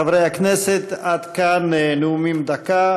חברי הכנסת, עד כאן נאומים בני דקה.